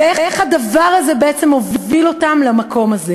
ואיך הדבר הזה מוביל אותן למקום הזה.